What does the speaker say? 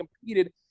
competed